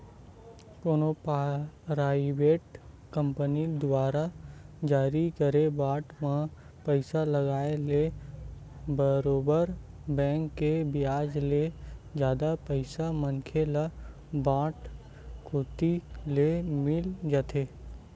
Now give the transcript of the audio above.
कोनो private company दुवारा जारी करे बांड म पइसा लगाय ले बरोबर बेंक के बियाज ले जादा पइसा मनखे ल बांड कोती ले मिल जाथे